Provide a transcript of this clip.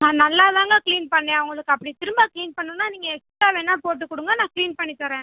நா நல்லாதாங்க கிளீன் பண்ணிணேன் உங்களுக்கு அப்படி திரும்ப கிளீன் பண்ணணுன்னா நீங்கள் எக்ஸ்ட்டா வேணா போட்டுக் கொடுங்க நான் கிளீன் பண்ணித் தரேன்